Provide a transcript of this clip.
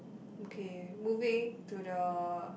okay moving to the